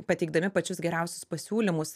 pateikdami pačius geriausius pasiūlymus